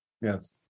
Yes